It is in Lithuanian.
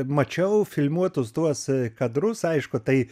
mačiau filmuotus tuos kadrus aišku tai